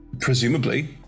presumably